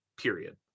period